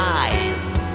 eyes